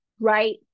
right